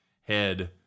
Head